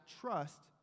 trust